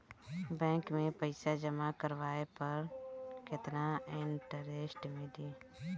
Bank में पईसा जमा करवाये पर केतना इन्टरेस्ट मिली?